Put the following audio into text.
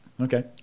Okay